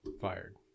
fired